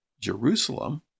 Jerusalem